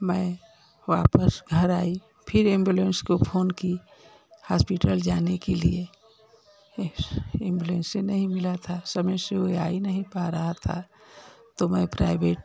मैं वापस घर आई फिर एम्बुलेंस को फोन की हास्पिटल जाने के लिए एम्बुलेंसे नहीं मिला था समय से ओए आ ही नहीं पा रहा था तो मैं प्राइवेट